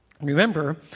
remember